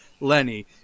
Lenny